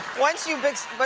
once you but